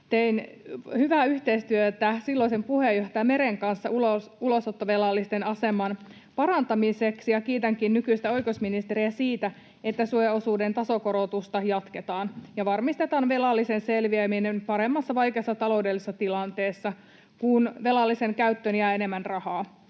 tein hyvää yhteistyötä silloisen puheenjohtaja Meren kanssa ulosottovelallisten aseman parantamiseksi, ja kiitänkin nykyistä oikeusministeriä siitä, että suojaosuuden tasokorotusta jatketaan ja varmistetaan velallisen selviäminen paremmassa vaikeassa taloudellisessa tilanteessa, kun velallisen käyttöön jää enemmän rahaa.